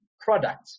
product